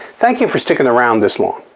thank you for sticking around this long.